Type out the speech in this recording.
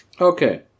Okay